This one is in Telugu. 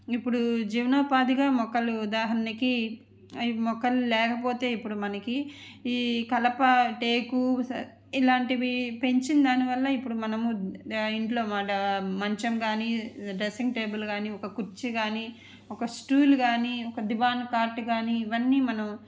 ఇప్పుడు జీవనోపాధిగా మొక్కలు ఉదాహరణకి అవి మొక్కలు లేకపోతే ఇప్పుడు మనకి ఈ కలపా టేకు ఇలాంటివి పెంచిన దానివల్ల ఇప్పుడు మనం ఇంట్లో వాడే మంచం కాని డ్రస్సింగ్ టేబుల్ కాని ఒక కుర్చీ కాని ఒక స్టూల్ కాని ఒక కాని కాట్ కాని ఇవన్నీ మనం